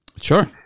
sure